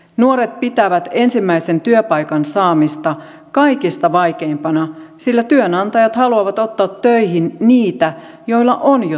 nuoret pitävät ensimmäisen työpaikan saamista kaikista vaikeimpana sillä työnantajat haluavat ottaa töihin niitä joilla on jo työkokemusta